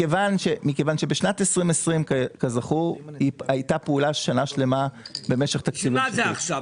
מכיוון שבשנת 2020 הייתה פעולה של שנה שלמה -- בשביל מה זה עכשיו?